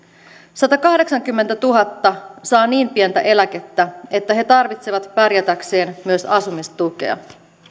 satakahdeksankymmentätuhatta saa niin pientä eläkettä että he tarvitsevat pärjätäkseen myös asumistukea